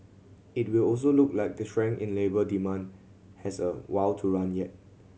it will also look like the strength in labour demand has a while to run yet